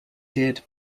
did